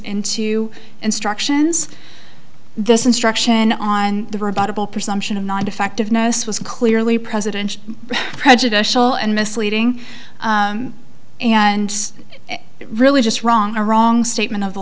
into instructions this instruction on the rebuttable presumption of not effectiveness was clearly presidential prejudicial and misleading and really just wrong a wrong statement of the